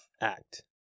act